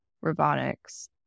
robotics